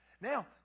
Now